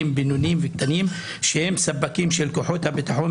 בינוניים וקטנים שהם ספקים של כוחות הביטחון,